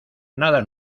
nada